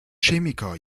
chemiker